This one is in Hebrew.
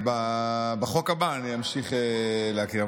בחוק הבא אני אמשיך להקריא.